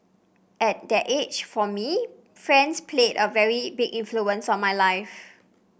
at that age for me friends played a very big influence on my life